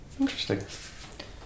Interesting